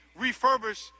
refurbish